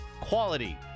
quality